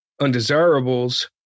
undesirables